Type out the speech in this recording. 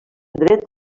dret